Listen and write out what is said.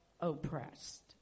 oppressed